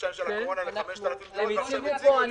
בחודשיים של הקורונה ל-5,000 דונם ועכשיו העמידו 14,000 דונם בחודש הזה.